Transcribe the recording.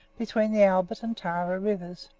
between the albert and tarra rivers.